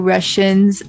Russians